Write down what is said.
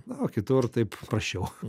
na o kitur taip praščiau